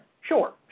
Sure